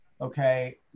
okay